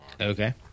Okay